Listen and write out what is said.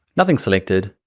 nothing selected,